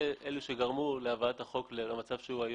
הם אלה שגרמו למה שקורה היום.